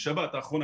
בשבת האחרונה,